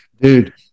Dude